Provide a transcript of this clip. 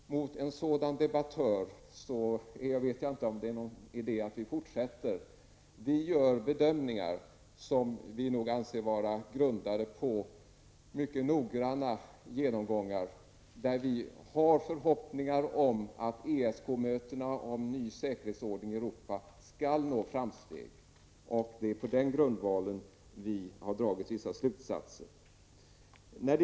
Med en sådan motdebattör tror jag inte att det är någon idé att fortsätta diskussionen. Vi gör de bedömningar som vi anser vara grundade på mycket noggranna genomgångar. Vi har förhoppning om att ESK-mötena om en ny säkerhetsordning i Europa skall nå framsteg. Det är på den grundvalen vi har dragit vissa slutsatser.